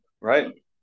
Right